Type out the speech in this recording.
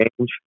change